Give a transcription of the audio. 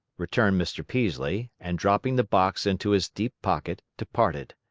returned mr. peaslee, and dropping the box into his deep pocket, departed.